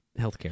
healthcare